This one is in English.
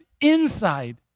inside